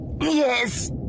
Yes